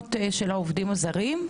וקומבינות של העובדים הזרים.